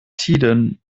tiden